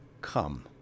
come